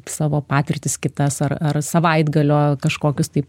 savo patirtis kitas ar ar savaitgalio kažkokius tai